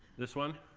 this one